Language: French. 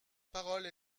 parole